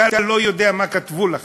אתה לא יודע מה כתבו לך.